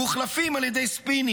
הם מוחלפים על ידי ספינים,